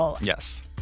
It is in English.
Yes